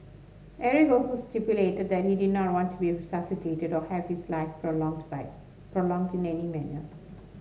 Eric also stipulated that he did not want to be resuscitated or have his life prolonged by prolonged in any manner